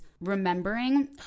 remembering